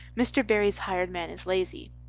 mr. barry's hired man is lazy.